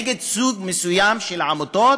נגד סוג מסוים של עמותות,